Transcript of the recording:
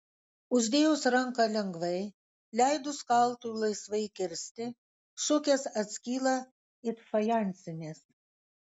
uždėjus ranką lengvai leidus kaltui laisvai kirsti šukės atskyla it fajansinės